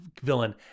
villain